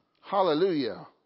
Hallelujah